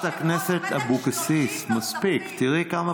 זה לא בושה?